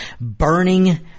burning